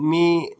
मी